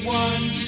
one